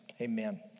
amen